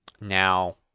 Now